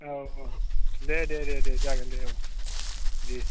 औ औ दे दे दे जागोन दे औ दे